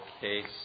case